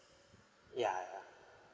ya yeah